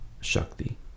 Shakti